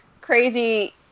crazy